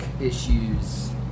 issues